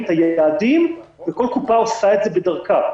את היעדים וכל קופה עושה את זה בדרכה,